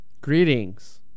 Greetings